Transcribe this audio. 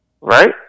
right